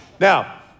Now